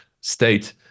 state